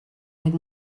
had